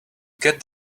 get